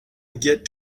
get